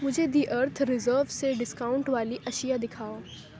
مجھے the Earth Reserve سے discount والی اشیاء دکھاؤ